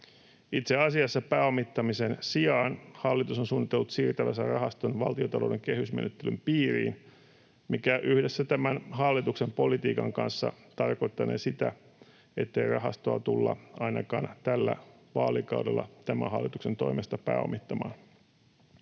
Itse asiassa pääomittamisen sijaan hallitus on suunnitellut siirtävänsä rahaston valtiontalouden kehysmenettelyn piiriin, mikä yhdessä tämän hallituksen politiikan kanssa tarkoittanee sitä, ettei rahastoa tulla ainakaan tällä vaalikaudella tämän hallituksen toimesta pääomittamaan.